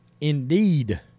indeed